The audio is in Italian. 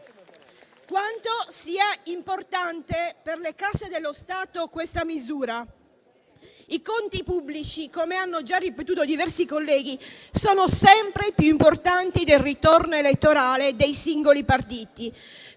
misura sia importante per le casse dello Stato. I conti pubblici, come hanno già ripetuto diversi colleghi, sono sempre più importanti del ritorno elettorale dei singoli partiti.